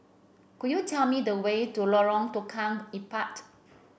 could you tell me the way to Lorong Tukang Empat